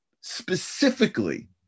specifically